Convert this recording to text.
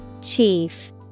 Chief